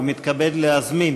ומתכבד להזמין